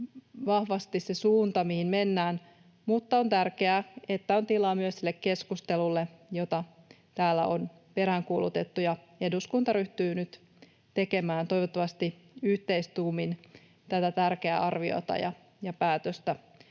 vahvasti se suunta, mihin mennään, mutta on tärkeää, että on tilaa myös sille keskustelulle, jota täällä on peräänkuulutettu, ja eduskunta ryhtyy nyt tekemään toivottavasti yhteistuumin tätä tärkeää arviota ja päätöstä